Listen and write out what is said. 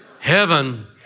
Heaven